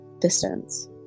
distance